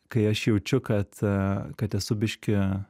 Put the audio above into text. kai aš jaučiu kad aaa kad esu biškį